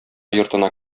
йортына